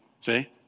See